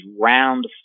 round